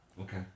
okay